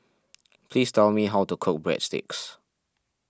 please tell me how to cook Breadsticks